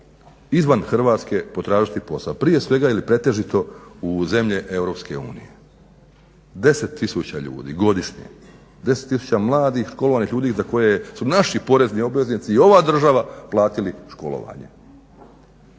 izvan Hrvatske potražiti posao. Prije svega ili pretežito u zemlje EU. Deset tisuća ljudi godišnje, deset tisuća mladih, školovanih za koje su naši porezni obveznici i ova država platili školovanje.